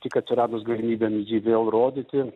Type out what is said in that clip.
tik atsiradus galybėm jį vėl rodyti